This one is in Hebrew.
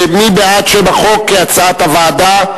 מי בעד שם החוק כהצעת הוועדה?